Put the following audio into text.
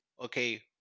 Okay